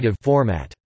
format